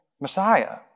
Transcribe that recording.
Messiah